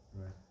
Right